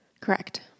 Correct